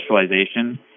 specialization